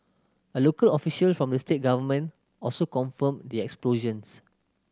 a local official from the state government also confirmed the explosions